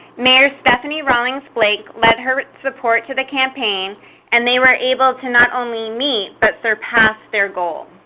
mayor stephanie rawlins blake led her support to the campaign and they were able to not only meet, but surpass their goal.